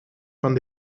van